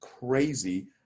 crazy